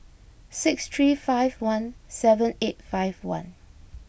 six three five one seven eight five one